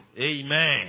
Amen